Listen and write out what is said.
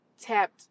tapped